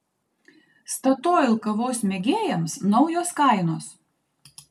statoil kavos mėgėjams naujos kainos